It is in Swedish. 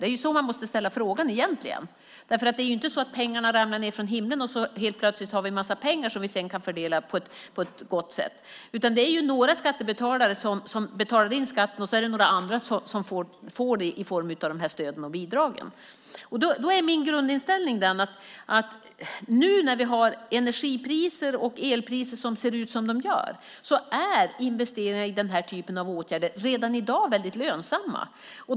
Det är så frågan måste ställas. Det är inte så att pengarna ramlar ned från himlen och helt plötsligt finns en massa pengar som kan fördelas på ett gott sätt. Det är några skattebetalare som betalar in skatten, och några andra får pengarna i form av stöd och bidrag. Min grundinställning är att när vi nu har energipriser och elpriser som ser ut som de gör är investeringar i den typen av åtgärder redan i dag lönsamma.